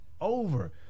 over